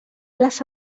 les